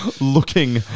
looking